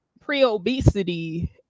pre-obesity